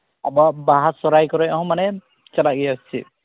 ᱟᱫᱚ ᱵᱟᱦᱟ ᱥᱚᱨᱦᱟᱭ ᱠᱚᱨᱮ ᱦᱚᱸ ᱢᱟᱱᱮ ᱪᱟᱞᱟᱜ ᱜᱮᱭᱟ ᱟᱨ ᱪᱮᱫ